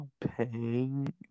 Pain